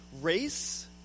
Race